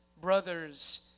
brothers